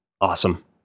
awesome